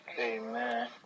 Amen